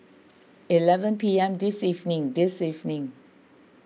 eleven P M this evening this evening